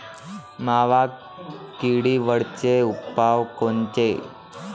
मावा किडीवरचे उपाव कोनचे?